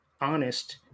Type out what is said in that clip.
honest